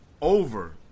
over